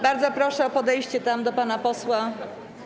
Bardzo proszę o podejście do pana posła.